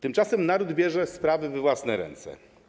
Tymczasem naród bierze sprawy we własne ręce.